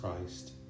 Christ